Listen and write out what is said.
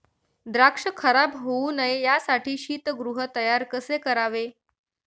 द्राक्ष खराब होऊ नये यासाठी शीतगृह तयार कसे करावे?